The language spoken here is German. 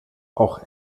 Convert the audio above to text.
auch